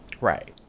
Right